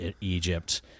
Egypt